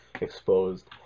exposed